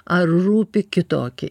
ar rūpi kitoki